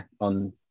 on